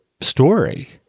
story